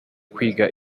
kwiga